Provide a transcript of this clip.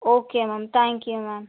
okay ma'am thank you ma'am